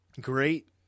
great